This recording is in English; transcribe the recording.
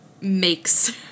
makes